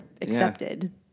accepted